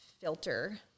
filter